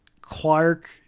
Clark